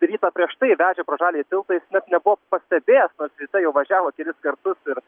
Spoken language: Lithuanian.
rytą prieš tai vežė pro žaliąjį tiltą jis net nebuvo pastebėjęs nors ryte jau važiavo kelis kartus ir